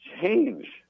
change